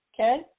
Okay